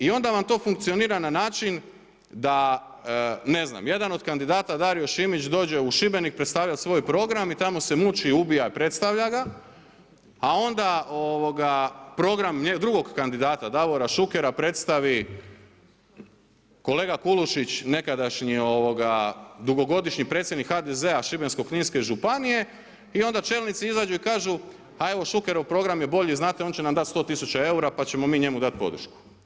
I onda vam to funkcionira na način da, ne znam, jedan od kandidata Dario Šimić dođe u Šibenik predstavljati svoj program i tamo se muči, ubija i predstavlja ga a onda program drugog kandidata Davora Šukera predstavi kolega Kulušić, nekadašnji dugogodišnji predsjednik HDZ-a Šibensko-kninske županije i onda čelnici izađu i kažu a evo Šukerov program je bolji, znate on će nam dati 100 000 eura pa ćemo mi njemu dati podršku.